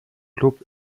club